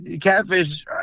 catfish